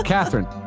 Catherine